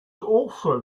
also